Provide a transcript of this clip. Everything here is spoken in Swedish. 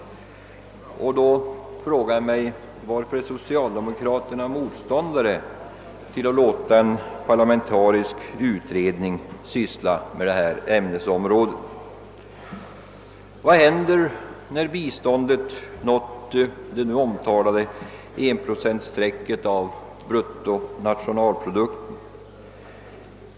Jag frågar mig emellertid varför då socialdemokraterna är motståndare till att låta en parlamentarisk utredning ta upp detta ämnesområde. Vad händer när biståndet nått det omtalade 1-procentsstrecket, beräknat på bruttonationalprodukten?